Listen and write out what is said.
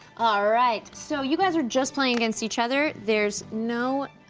alright, so you guys are just playing against each other, there's no,